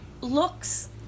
looks